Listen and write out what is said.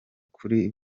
kuri